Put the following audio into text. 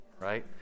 Right